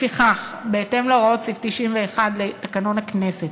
לפיכך, בהתאם להוראות סעיף 91 לתקנון הכנסת,